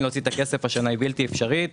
להוציא את הכסף השנה היא בלתי אפשרית.